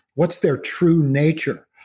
what's their true nature?